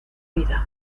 vida